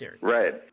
Right